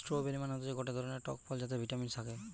strawberry মানে হতিছে গটে ধরণের টক ফল যাতে ভিটামিন থাকে